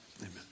Amen